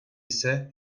ise